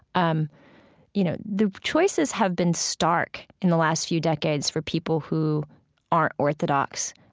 um you know, the choices have been stark in the last few decades for people who aren't orthodox.